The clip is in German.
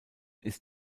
ist